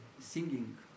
singing